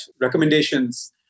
recommendations